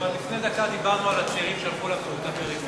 אבל לפני דקה דיברנו על הצעירים שהלכו לפריפריה,